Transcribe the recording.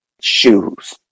shoes